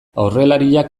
aurrelariak